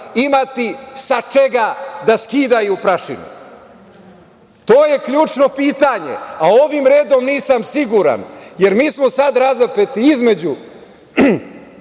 imati sa čega da skidaju prašinu? To je ključno pitanje. A ovim redom, nisam siguran. Jer, mi smo sad razapeti između